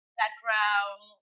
background